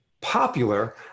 popular